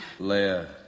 Leia